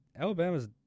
Alabama's